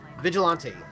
vigilante